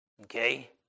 Okay